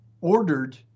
ordered